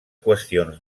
qüestions